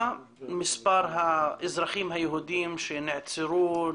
מה מספר האזרחים היהודים שנעצרו,